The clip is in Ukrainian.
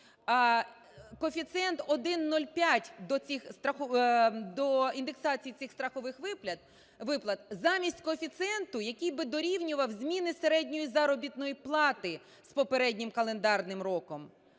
коефіцієнт 1,05 до індексації цих страхових виплат, замість коефіцієнту, який би дорівнював зміни середньої заробітної плати з попереднім календарним роком.